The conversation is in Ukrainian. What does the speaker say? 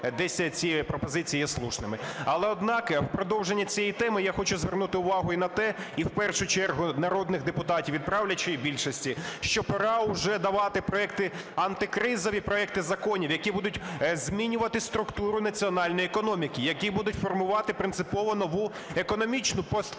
десь ці пропозиції є слушними. Але, однак в продовження цієї теми, я хочу звернути увагу і на те, і в першу чергу народних депутатів від правлячої більшості, що пора уже давати проекти антикризові, проекти законів, які будуть змінювати структуру національної економіки, які будуть формувати принципово нову економічну посткризову